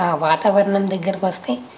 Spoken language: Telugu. వాతావరణం దగ్గరకి వస్తే